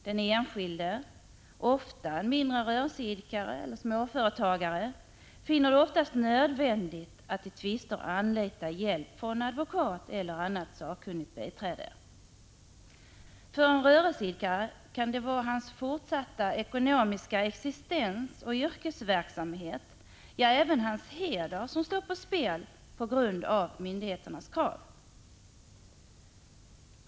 Den enskilde — ofta en mindre rörelseidkare, en småföretagare — finner det vanligen nödvändigt att i tvister anlita hjälp från advokat eller annat sakkunnigt biträde. För en rörelseidkare kan det vara hans fortsatta ekonomiska existens och yrkesverksamhet, ja, även hans heder, som står på spel på grund av myndigheternas krav.